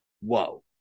Whoa